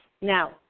Now